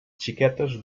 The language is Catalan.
xiquetes